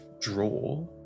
draw